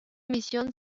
misión